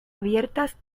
abiertas